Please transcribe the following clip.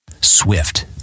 Swift